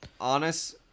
Honest